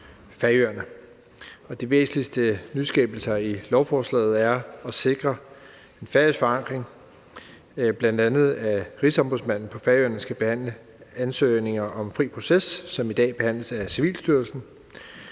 De væsentligste nyskabelser i lovforslaget er at sikre en færøsk forankring – bl.a. at rigsombudsmanden på Færøerne skal behandle ansøgninger om fri proces, som i dag behandles af Civilstyrelsen,